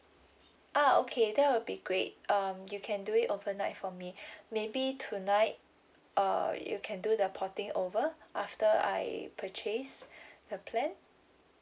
ah okay that will be great um you can do it overnight for me maybe tonight err you can do the porting over after I purchase the plan